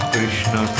Krishna